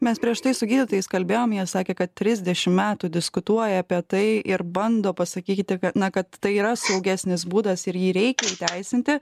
mes prieš tai su gydytojais kalbėjom jie sakė kad trisdešim metų diskutuoja apie tai ir bando pasakyti kad na kad tai yra saugesnis būdas ir jį reikia įteisinti